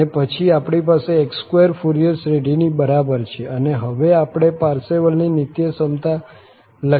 અને પછી આપણી પાસે x2 ફુરિયર શ્રેઢીની બરાબર છે અને હવે આપણે પાર્સેવલની નિત્યસમતા લખી શકીએ છીએ